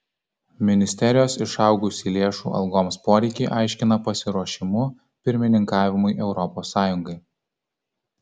ministerijos išaugusį lėšų algoms poreikį aiškina pasiruošimu pirmininkavimui europos sąjungai